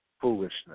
foolishness